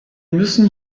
müssen